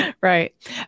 Right